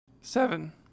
seven